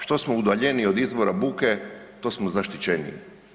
Što smo udaljeniji od izvora buke to smo zaštićeniji.